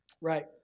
Right